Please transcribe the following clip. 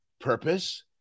purpose